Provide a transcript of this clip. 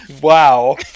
Wow